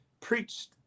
preached